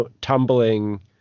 tumbling